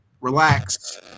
relax